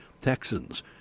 Texans